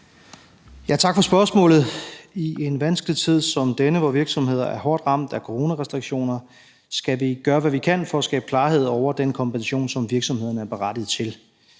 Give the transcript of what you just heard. Tak for spørgsmålet. I en vanskelig tid som denne, hvor virksomheder er hårdt ramt af coronarestriktioner, skal vi gøre, hvad vi kan, for at skabe klarhed over den kompensation, som virksomhederne er berettiget til.